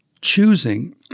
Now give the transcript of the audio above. choosing